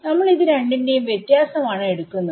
നമ്മൾ ഇത് രണ്ടിന്റെയും വ്യത്യാസം ആണ് എടുക്കുന്നത്